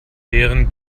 deren